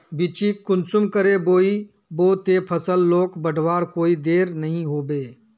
बिच्चिक कुंसम करे बोई बो ते फसल लोक बढ़वार कोई देर नी होबे?